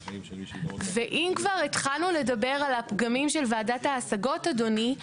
ואם כבר התחלנו לדבר על הפגמים של ועדת ההשגות אדוני,